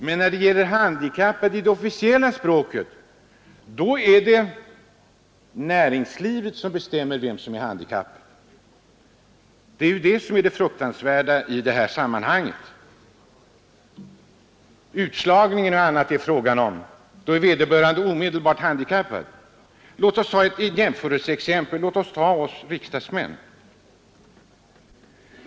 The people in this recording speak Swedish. Men när det gäller handikappet i det officiella språket är det näringslivet som bestämmer vem som är handikappad. Det är det som är det fruktansvärda i sammanhanget. Då en människa blir utslagen är hon handikappad. Låt oss ta ett jämförelseexempel — oss riksdagsmän.